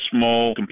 small